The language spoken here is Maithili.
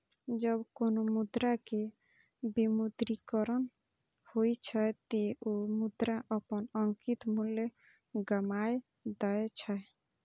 जब कोनो मुद्रा के विमुद्रीकरण होइ छै, ते ओ मुद्रा अपन अंकित मूल्य गमाय दै छै